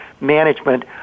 management